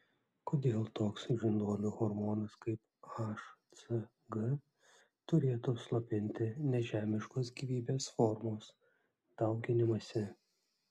kodėl toks žinduolių hormonas kaip hcg turėtų slopinti nežemiškos gyvybės formos dauginimąsi